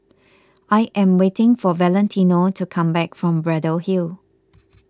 I am waiting for Valentino to come back from Braddell Hill